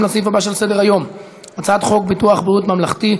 ולשוויון מגדרי נתקבלה.